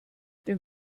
den